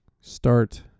Start